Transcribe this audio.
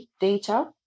data